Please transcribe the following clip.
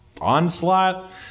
onslaught